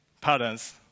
patterns